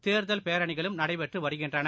தேர்தல் பேரணிகளும் நடைபெற்றுவருகின்றன